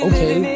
Okay